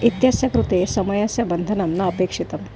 इत्यस्य कृते समयस्य बन्धनं न अपेक्षितम्